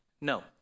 no